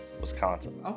Wisconsin